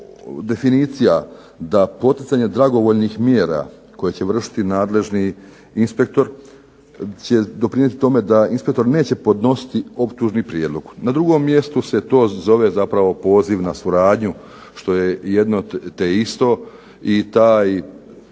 definicija da poticanje dragovoljnih mjera koje će vršiti nadležni inspektor će doprinijeti tome da inspektor neće podnositi optužni prijedlog. Na drugom mjestu se to zove zapravo poziv na suradnju što je jedno te isto i ta